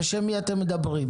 בשם מי אתם מדברים?